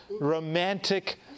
romantic